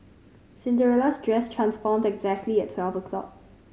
Cinderella's dress transformed exactly at twelve o' clock